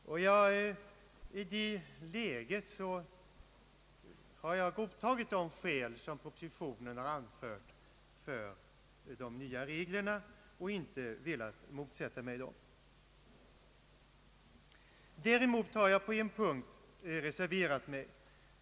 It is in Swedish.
Mot den bakgrunden har jag för min del godtagit de skäl som propositionen har anfört för de nya reglerna och alltså inte velat motsätta mig dem. Däremot har jag reserverat mig på en annan punkt.